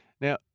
Now